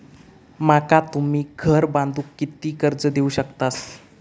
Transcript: माका तुम्ही घर बांधूक किती कर्ज देवू शकतास?